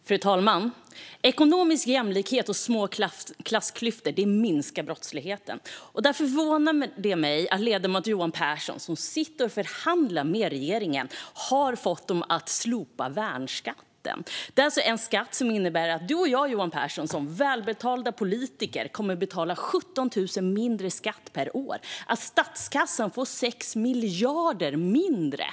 Fru talman! Ekonomisk jämlikhet och små klassklyftor minskar brottsligheten. Det förvånar mig att ledamoten Johan Pehrson, som sitter och förhandlar med regeringen, har fått den att slopa värnskatten. Det innebär att du och jag, Johan Pehrson, som välbetalda politiker kommer att betala 17 000 mindre i skatt per år och att statskassan får 6 miljarder mindre.